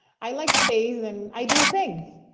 i like space and i do things,